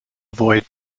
avoid